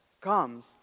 comes